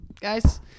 guys